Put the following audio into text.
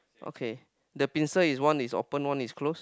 okay the pincer is one is open one is closed